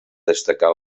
destacar